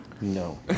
no